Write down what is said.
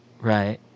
Right